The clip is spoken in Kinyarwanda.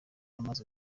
amaze